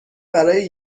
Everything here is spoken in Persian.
برای